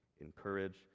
encourage